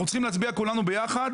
אנחנו צריכים להצביע כולנו ביחד.